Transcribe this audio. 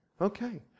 Okay